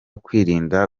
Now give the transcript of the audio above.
kwirinda